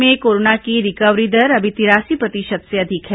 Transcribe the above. प्रदेश में कोरोना की रिकवरी दर अभी तिरासी प्रतिशत से अधिक है